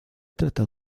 trata